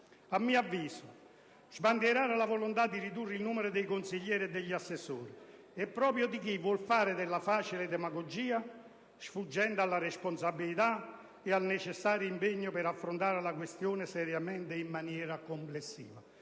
A mio avviso, sbandierare la volontà di ridurre il numero di consiglieri e assessori è proprio di chi vuole fare facile demagogia, sfuggendo alla responsabilità e al necessario impegno per affrontare la questione seriamente e in maniera complessiva.